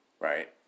right